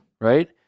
right